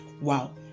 wow